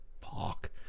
fuck